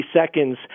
seconds